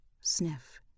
sniff